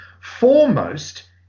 Foremost